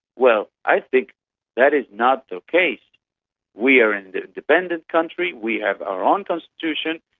well, i think that is not ok. we are an independent country, we have our own constitution,